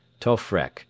Tofrek